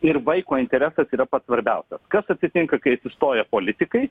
ir vaiko interesas yra pats svarbiausias kas atsitinka kai atsistoja politikai